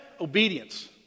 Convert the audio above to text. obedience